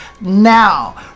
now